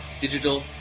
digital